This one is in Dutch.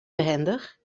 behendig